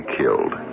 killed